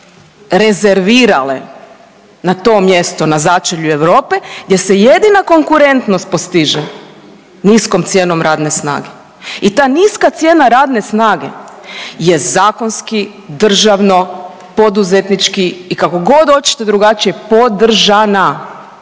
rezervirale na to mjesto na začelju Europe gdje se jedina konkurentnost postiže niskom cijenom radne snage. I ta niska cijena radne snage je zakonski, državno, poduzetnički i kako god hoćete drugačije podržana.